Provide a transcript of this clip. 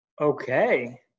Okay